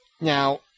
Now